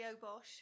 Bosch